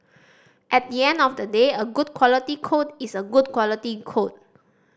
at the end of the day a good quality code is a good quality code